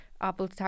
apple